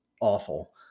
awful